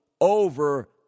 over